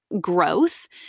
growth